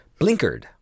Blinkered